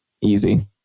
Easy